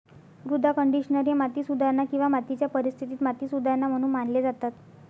मृदा कंडिशनर हे माती सुधारणा किंवा मातीच्या परिस्थितीत माती सुधारणा म्हणून मानले जातात